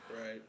Right